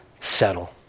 settle